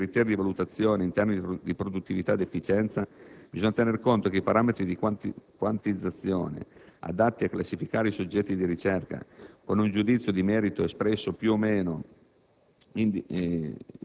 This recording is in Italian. Per quanto attiene ai criteri di valutazione in termini di produttività ed efficienza, bisogna tenere conto che i parametri di quantizzazione, adatti a classificare i soggetti di ricerca con un giudizio di merito, espresso da uno